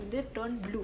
lip turned blue